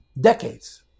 decades